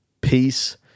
peace